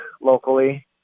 locally